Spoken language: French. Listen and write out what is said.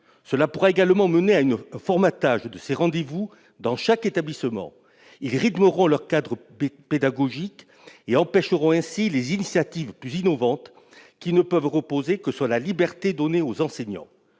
Cela pourrait également mener à un formatage de ces rendez-vous dans chaque établissement. Ils rythmeront leur cadre pédagogique et empêcheront ainsi les initiatives plus innovantes, qui ne peuvent reposer que sur la liberté donnée aux enseignants.